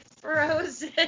frozen